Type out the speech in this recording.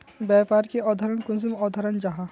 व्यापार की अवधारण कुंसम अवधारण जाहा?